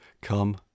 Come